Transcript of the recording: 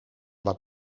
wat